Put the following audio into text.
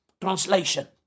translation